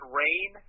rain